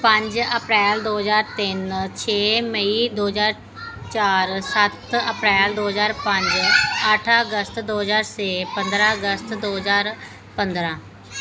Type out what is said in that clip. ਪੰਜ ਅਪ੍ਰੈਲ ਦੋ ਹਜ਼ਾਰ ਤਿੰਨ ਛੇ ਮਈ ਦੋ ਹਜ਼ਾਰ ਚਾਰ ਸੱਤ ਅਪ੍ਰੈਲ ਦੋ ਹਜ਼ਾਰ ਪੰਜ ਅੱਠ ਅਗਸਤ ਦੋ ਹਜ਼ਾਰ ਛੇ ਪੰਦਰਾਂ ਅਗਸਤ ਦੋ ਹਜ਼ਾਰ ਪੰਦਰਾਂ